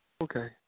Okay